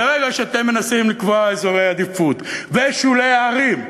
ברגע שאתם מנסים לקבוע אזורי עדיפות בשולי הערים,